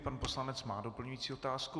Pan poslanec má doplňující otázku.